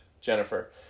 Jennifer